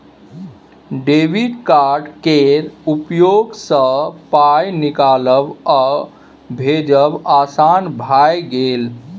debit card केर उपयोगसँ पाय निकालब आ भेजब आसान भए गेल